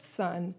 son